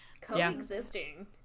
coexisting